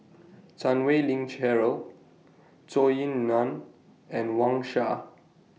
Chan Wei Ling Cheryl Zhou Ying NAN and Wang Sha